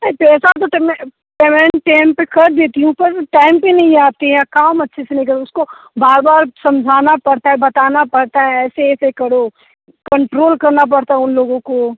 अरे पैसा तो पेमें पेमेंट टैम पर कर देती हूँ पर वह टाइम पर नहीं आती है काम अच्छे से नहीं करे उसको बार बार समझाना पड़ता है बताना पड़ता है ऐसे ऐसे करो कंट्रोल करना पड़ता है उन लोगों को